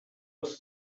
was